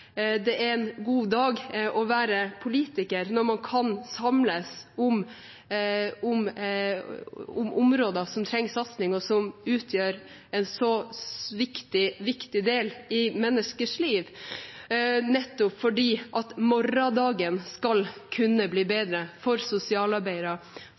det er en god dag å være politiker når man kan samles om områder som trenger satsing, og som utgjør en så viktig del av menneskers liv, nettopp fordi morgendagen skal kunne bli bedre for sosialarbeidere,